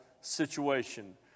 situation